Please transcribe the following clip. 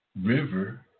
river